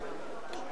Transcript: בעבודה